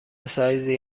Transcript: سایزی